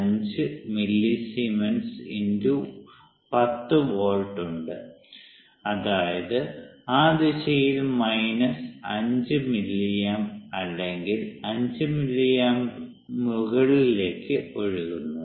5 millisiemens × 10 volt ഉണ്ട് അതായത് ആ ദിശയിൽ മൈനസ് 5 മില്ലിയാമ്പ് അല്ലെങ്കിൽ 5 മില്ലിയാമ്പ് മുകളിലേക്ക് ഒഴുകുന്നു